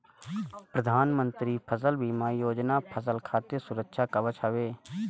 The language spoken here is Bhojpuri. प्रधानमंत्री फसल बीमा योजना फसल खातिर सुरक्षा कवच हवे